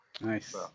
nice